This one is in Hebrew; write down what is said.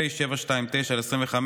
פ/729/25,